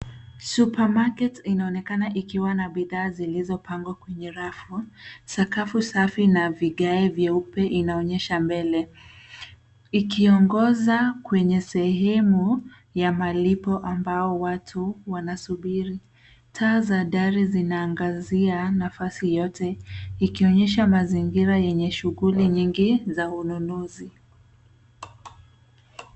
Supermarket inaonekana ikiwa na bidhaa zilizopangwa kwenye rafu. Sakafu safi na vigae vyeupe inaonyesha mbele, ikiongoza kwenye sehemu ya malipo ambao watu wanasubiri. Taa taa dari zinaangazia nafasi yote ikionyesha mazingira yenye shughuli nyingi za ununuzi.